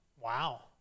Wow